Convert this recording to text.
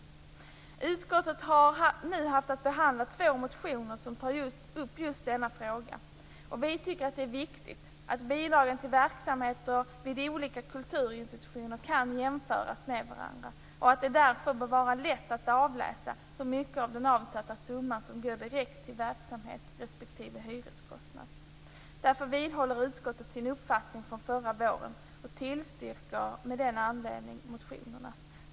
Utskottet har nu haft att behandla två motioner som tar upp just denna fråga. Vi tycker att det är viktigt att bidrag till verksamheter vid olika kulturinstitutioner kan jämföras med varandra och att det därför bör vara lätt att avläsa hur mycket av den avsatta summan som går direkt till verksamhet respektive hyreskostnad. Därför vidhåller utskottet sin uppfattning från förra våren och tillstyrker av denna anledning motionerna.